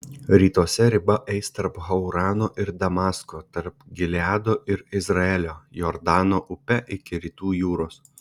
rytuose riba eis tarp haurano ir damasko tarp gileado ir izraelio jordano upe iki rytų jūros